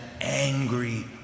angry